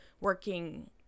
working